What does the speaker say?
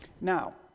Now